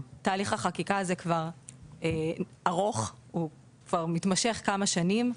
תהליך החקיקה הזה ארוך; הוא מתמשך כבר כמה שנים,